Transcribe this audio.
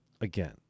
Again